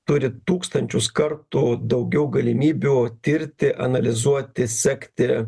turi tūkstančius kartų daugiau galimybių tirti analizuoti sekti